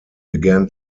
began